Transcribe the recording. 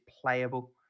playable